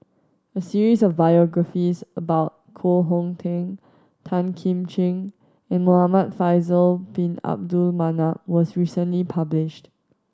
a series of biographies about Koh Hong Teng Tan Kim Ching and Muhamad Faisal Bin Abdul Manap was recently published